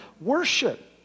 worship